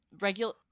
regular